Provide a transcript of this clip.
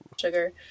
sugar